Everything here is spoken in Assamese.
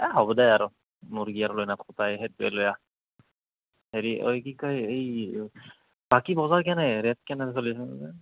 এ হ'ব দে আৰু মূৰ্গী এ লৈ আন সেইটোৱে লৈ আহ হেৰি এই কি কয় এই বাকী বজাৰ কেনে ৰে'ট কেনে চলি আছে